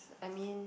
I mean